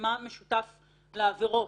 לגבי מה משותף לעבירות.